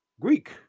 Greek